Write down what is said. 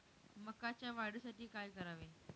मकाच्या वाढीसाठी काय करावे?